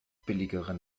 billigere